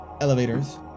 elevators